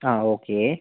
ആ ഓക്കെ